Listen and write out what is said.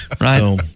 right